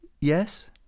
Yes